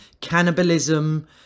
cannibalism